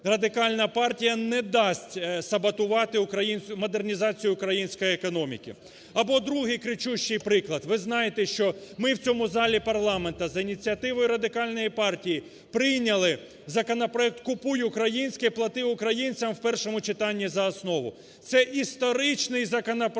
Радикальна партія не дасть саботувати модернізацію української економіки. Або другий кричущий приклад. Ви знаєте, що ми в цьому залі парламенту за ініціативи Радикальної партії прийняли законопроект "Купуй українське, плати українцям" в першому читанні і за основу. Це історичний законопроект